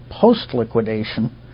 post-liquidation